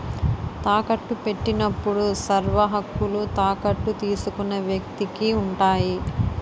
తాకట్టు పెట్టినప్పుడు సర్వహక్కులు తాకట్టు తీసుకున్న వ్యక్తికి ఉంటాయి